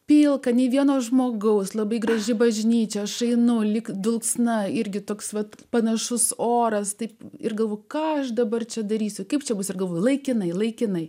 pilka nei vieno žmogaus labai graži bažnyčia aš einu lyg dulksna irgi toks pat panašus oras taip ir gavau ką aš dabar čia darysiu kaip čia bus ir gavau laikinai laikinai